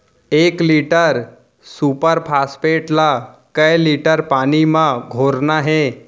एक litre super phosphate ला कए लीटर पानी मा घोरना हे?